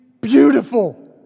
beautiful